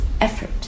effort